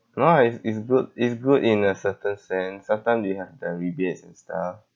no ah is is good is good in a certain sense sometime they have the rebates and stuff